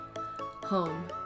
Home